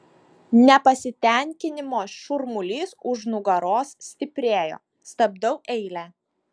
nepasitenkinimo šurmulys už nugaros stiprėjo stabdau eilę